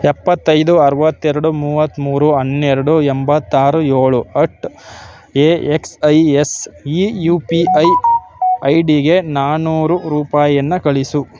ಎಪ್ಪತ್ತೈದು ಅರವತ್ತೆರಡು ಮೂವತ್ತ್ಮೂರು ಹನ್ನೆರಡು ಎಂಬತ್ತಾರು ಏಳು at A X I S ಈ ಯು ಪಿ ಐ ಐ ಡಿಗೆ ನಾನ್ನೂರು ರೂಪಾಯಿಯನ್ನ ಕಳಿಸು